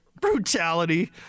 Brutality